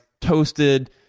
toasted